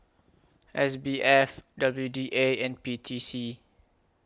S B F W D A and P T C